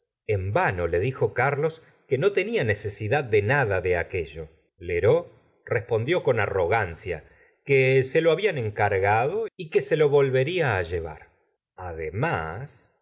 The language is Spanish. en vano le dijo carlos que no tenia necesidad de nada de aquello lheureux respondió ron arrogan g gusta o flaubert cia que se lo habían encargado y que no se lo volvería á llevar